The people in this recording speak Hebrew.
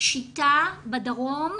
'שיטה' בדרום,